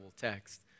text